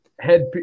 Head